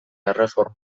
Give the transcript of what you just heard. erreforma